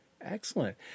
excellent